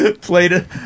played